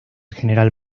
general